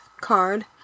card